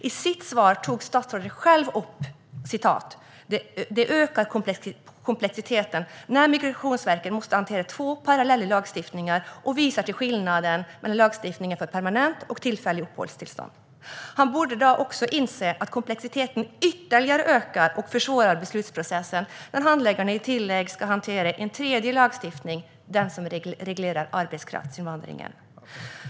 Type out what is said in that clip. I sitt svar tog statsrådet själv upp att det "ökar komplexiteten" när Migrationsverket måste hantera två parallella lagstiftningar, och han hänvisar till skillnaden mellan lagstiftningen för permanenta och tillfälliga uppehållstillstånd. Han borde då också inse att komplexiteten ytterligare ökar och att beslutsprocessen försvåras när handläggarna dessutom ska hantera en tredje lagstiftning - den som reglerar arbetskraftsinvandringen.